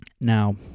now